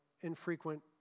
infrequent